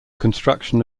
construction